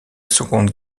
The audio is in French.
seconde